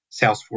Salesforce